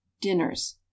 dinners